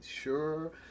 sure